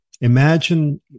Imagine